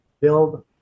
build